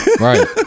Right